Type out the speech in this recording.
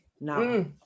now